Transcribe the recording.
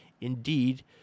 indeed